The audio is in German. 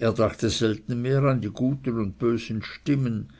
er dachte selten mehr an die guten und bösen stimmen